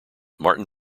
martin